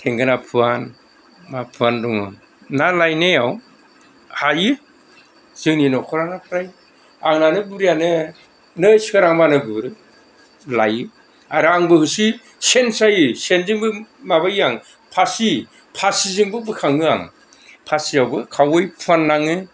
थेंगोना फुवान मा फुवान दङ ना लायनायाव हायो जोंनि न'खरा फ्राय आंनानो बुरियानो नै सोरांबानो गुरो लायो आरो आंबो एसे सेन सायो सेनजोंबो माबायो आं फासि फासिजोंबो बोखाङो आं फासियावबो खावै फुवान नाङो